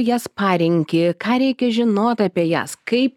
jas parenki ką reikia žinot apie jas kaip